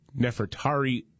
nefertari